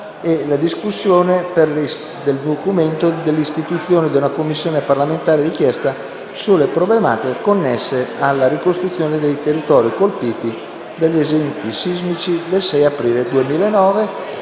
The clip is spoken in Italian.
III. Discussione del documento: Istituzione di una Commissione parlamentare di inchiesta sulle problematiche connesse alla ricostruzione dei territori colpiti dagli eventi sismici del 6 aprile 2009